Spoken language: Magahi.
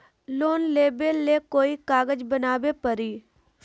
लोन लेबे ले कोई कागज बनाने परी?